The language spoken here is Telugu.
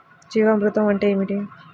జీవామృతం అంటే ఏమిటి?